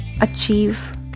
achieve